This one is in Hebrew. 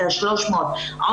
את ה-300,000 שקל,